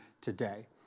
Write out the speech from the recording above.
today